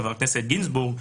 חבר הכנסת גינזבורג,